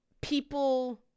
people